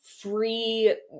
free